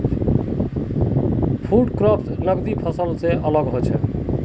food crops नगदी फसल से अलग होचे